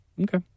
Okay